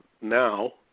now